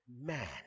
man